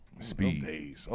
Speed